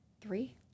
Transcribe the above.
three